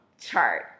chart